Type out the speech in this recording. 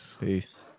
Peace